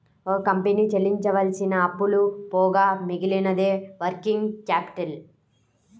ఒక కంపెనీ చెల్లించవలసిన అప్పులు పోగా మిగిలినదే వర్కింగ్ క్యాపిటల్